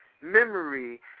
memory